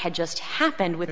had just happened with